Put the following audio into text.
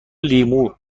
لیمو